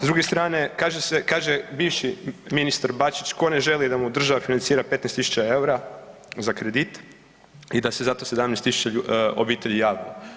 S druge strane kaže bivši ministar Bačić tko ne želi da mu država financira 15 tisuća eura za kredit i da se zato 17 tisuća obitelji javilo.